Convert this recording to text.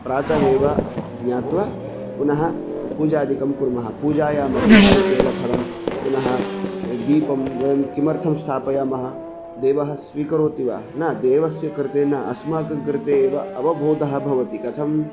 प्रात एव ज्ञात्वा पुनः पूजादिकं कुर्मः पूजायामपि नारिकेळफलं पुनः दीपं वयं किमर्थं स्थापयामः देवः स्वीकरोति वा न देवस्य कृते न अस्माकं कृते एव अवबोधः भवति कथं